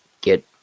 get